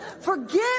Forgive